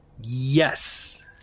Yes